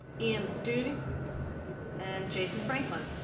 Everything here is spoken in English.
ian study and jason franklin.